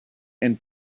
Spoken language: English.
and